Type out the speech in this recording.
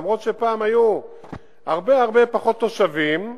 אף-על-פי שפעם היו הרבה-הרבה פחות תושבים,